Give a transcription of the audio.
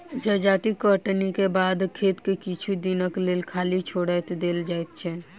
जजाति कटनीक बाद खेत के किछु दिनक लेल खाली छोएड़ देल जाइत छै